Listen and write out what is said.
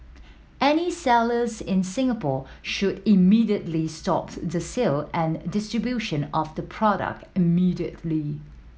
any sellers in Singapore should immediately stop the sale and distribution of the product immediately